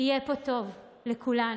יהיה פה טוב לכולנו.